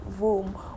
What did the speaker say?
room